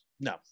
No